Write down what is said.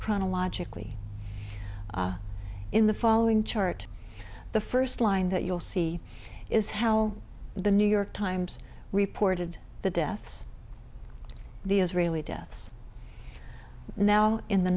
chronologically in the following chart the first line that you'll see is how the new york times reported the deaths the israeli deaths now in the